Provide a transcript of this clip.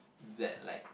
that like